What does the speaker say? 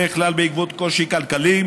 בדרך כלל בעקבות קושי כלכלי,